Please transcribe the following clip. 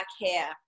hair